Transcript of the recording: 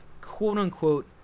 quote-unquote